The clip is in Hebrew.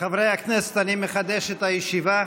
חברי הכנסת, אני מחדש את הישיבה.